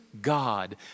God